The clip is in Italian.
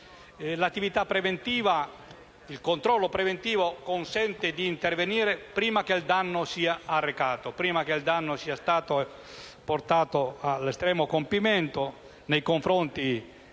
Il controllo preventivo consente di intervenire prima che il danno sia arrecato e che sia stato portato all'estremo compimento, nei confronti